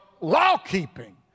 law-keeping